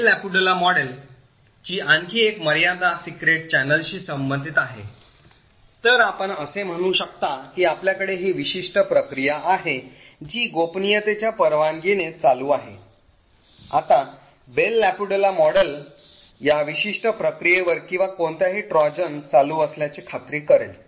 bell LaPadula model ची आणखी एक मर्यादा सिक्रेट channels शी संबंधित आहे तर आपण असे म्हणू शकता की आपल्याकडे ही विशिष्ट प्रक्रिया आहे जी गोपनीयतेच्या परवानगीने चालू आहे आता बेल लापॅडुला मॉडेल या विशिष्ट प्रक्रियेवर किंवा कोणत्याही ट्रोजन चालू असल्याची खात्री करेल